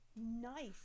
Nice